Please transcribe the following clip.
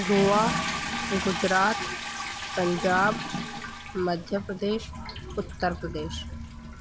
Goa Gujarat Punjab Madhya Pradesh Uttar Pradesh